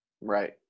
Right